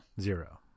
Zero